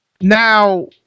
Now